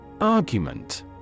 Argument